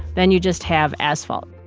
then you just have asphalt.